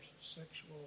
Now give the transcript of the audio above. sexual